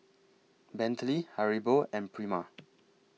Bentley Haribo and Prima